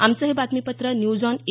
आमचं हे बातमीपत्र न्यूज ऑन ए